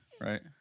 Right